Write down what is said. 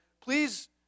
please